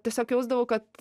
tiesiog jausdavau kad